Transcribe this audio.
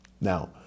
Now